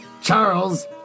Charles